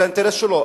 זה האינטרס שלו.